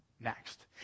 next